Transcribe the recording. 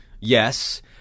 Yes